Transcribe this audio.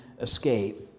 escape